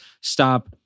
stop